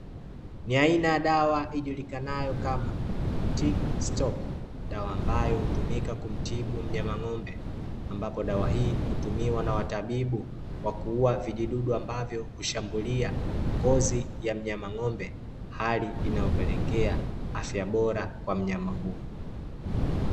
Ni aina ya dawa ijulikanayo kama "tickstop" dawa ambayo hutumika kumtibu mnyama ng'ombe, ambapo dawa hii hutumiwa na matabibu kuua vijidudu ambavyo hushambulia ngozi ya mnyama ng'ombe hali inayopelekea afya bora kwa mnyama huyo.